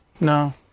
No